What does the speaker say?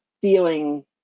feeling